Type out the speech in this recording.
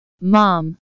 Mom